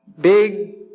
big